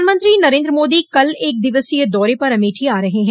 प्रधानमंत्री नरेन्द्र मोदी कल एक दिवसीय दौरे पर अमेठी आ रहे हैं